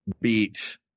beat